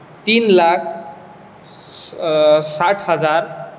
तीन लाख स साठ हजार